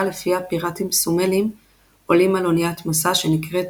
לפיה פיראטים סומלים עולים על אוניית משא שנקראת